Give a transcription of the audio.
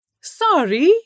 Sorry